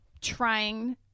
trying